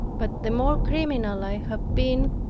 but, the more criminal i have been,